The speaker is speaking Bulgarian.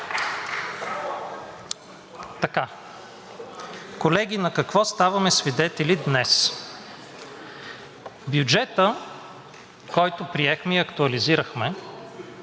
Колеги, на какво ставаме свидетели днес? Бюджетът, който приехме и актуализирахме,